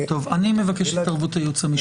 אני מבקש את התערבות הייעוץ המשפטי.